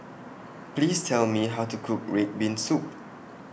Please Tell Me How to Cook Red Bean Soup